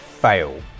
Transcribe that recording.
fail